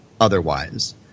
otherwise